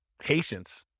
Patience